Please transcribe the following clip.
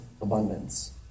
Abundance